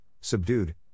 subdued